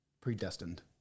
predestined